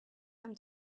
them